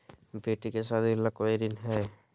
बेटी के सादी ला कोई ऋण हई?